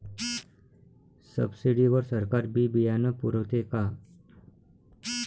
Subsidy वर सरकार बी बियानं पुरवते का?